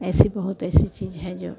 ऐसी बहुत ऐसी चीज़ है जो